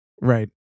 right